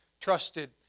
trusted